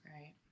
Right